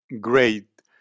great